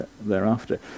thereafter